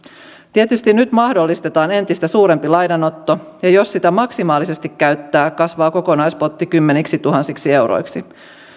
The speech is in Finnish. tietysti nyt mahdollistetaan entistä suurempi lainanotto ja jos sitä maksimaalisesti käyttää kasvaa kokonaispotti kymmeniksituhansiksi euroiksi